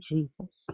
Jesus